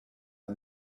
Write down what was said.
der